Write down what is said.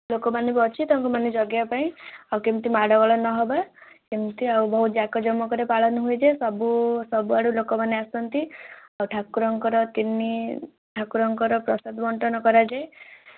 ଲୋକମାନେ ବି ଅଛି ତାଙ୍କୁ ମାନେ ଜଗିବା ପାଇଁ ଆଉ କେମିତି ମାଡ଼ଗୋଳା ନ ହେବା ଏମିତି ଆଉ ବହୁତ ଯାକଜମକରେ ପାଳନ ହୁଏ ଯେ ସବୁ ସବୁଆଡ଼ୁ ଲୋକମାନେ ଯେ ଆସନ୍ତି ଆଉ ଠାକୁରଙ୍କର ତିନି ଠାକୁରଙ୍କର ପ୍ରସାଦ ବଣ୍ଟନ କରାଯାଏ